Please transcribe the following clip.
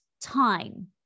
time